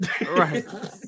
Right